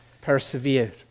persevere